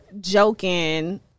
joking